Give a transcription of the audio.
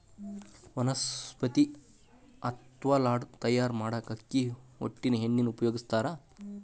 ವನಸ್ಪತಿ ಅತ್ವಾ ಡಾಲ್ಡಾ ತಯಾರ್ ಮಾಡಾಕ ಅಕ್ಕಿ ಹೊಟ್ಟಿನ ಎಣ್ಣಿನ ಉಪಯೋಗಸ್ತಾರ